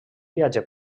viatge